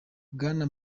bwana